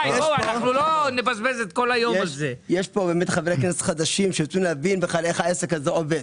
יש פה חברי כנסת חדשים שרוצים לדעת איך זה עובד.